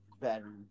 better